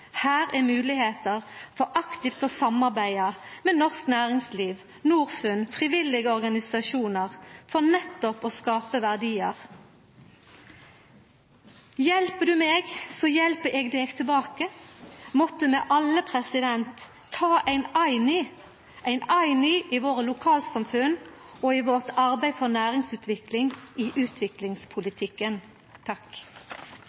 Her er det moglegheiter for aktivt å samarbeida med norsk næringsliv, Norfund og frivillige organisasjonar for nettopp å skapa verdiar. Hjelper du meg, så hjelper eg deg tilbake – måtte vi alle ta ein Ayni, ein Ayni i våre lokalsamfunn og i vårt arbeid for næringsutvikling i